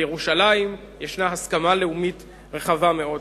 על ירושלים יש הסכמה לאומית רחבה מאוד.